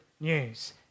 news